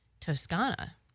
toscana